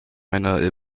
einer